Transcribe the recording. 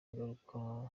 ingaruka